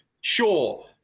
sure